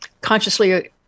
consciously